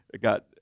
got